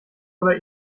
oder